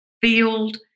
field